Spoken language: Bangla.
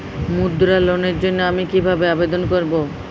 মুদ্রা লোনের জন্য আমি কিভাবে আবেদন করবো?